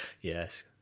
Yes